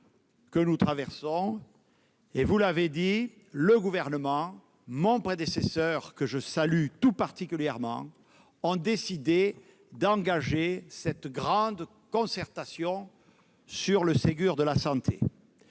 que nous traversons. Vous l'avez rappelé, le Gouvernement et mon prédécesseur, que je salue tout particulièrement, ont décidé d'engager une grande concertation, le Ségur de la santé.